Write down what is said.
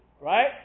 Right